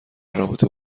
رابطه